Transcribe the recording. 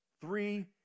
three